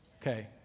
Okay